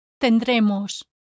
tendremos